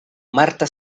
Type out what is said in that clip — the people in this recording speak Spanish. marta